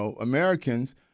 Americans